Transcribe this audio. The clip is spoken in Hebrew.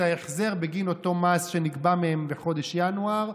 ההחזר בגין אותו מס שנגבה מהם בחודש ינואר.